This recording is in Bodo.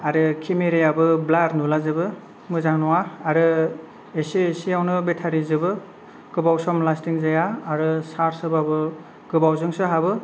आरो केमेरायाबो ब्लार नुला जोबो मोजां नङा आरो एसे एसेयावनो बेटारि जोबो गोबाव सम लास्टिं जाया आरो सार्ज होबाबो गोबावजोंसो हाबो